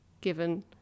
given